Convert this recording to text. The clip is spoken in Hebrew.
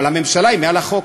אבל הממשלה, היא מעלה חוק,